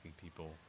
people